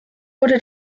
wurde